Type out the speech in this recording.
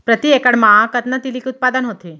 प्रति एकड़ मा कतना तिलि के उत्पादन होथे?